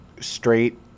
straight